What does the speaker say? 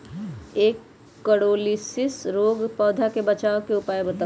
निककरोलीसिस रोग से पौधा के बचाव के उपाय बताऊ?